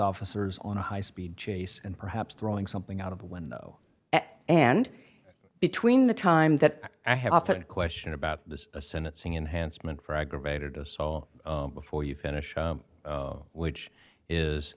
officers on a high speed chase and perhaps throwing something out of window and between the time that i have often a question about this a sentencing enhanced meant for aggravated assault before you finish which is